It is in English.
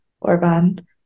Orban